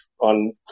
on